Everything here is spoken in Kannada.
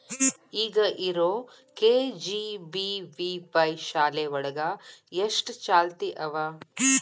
ಈಗ ಇರೋ ಕೆ.ಜಿ.ಬಿ.ವಿ.ವಾಯ್ ಶಾಲೆ ಒಳಗ ಎಷ್ಟ ಚಾಲ್ತಿ ಅವ?